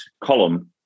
column